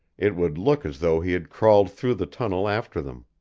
it would look as though he had crawled through the tunnel after them.